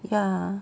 ya